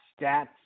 stats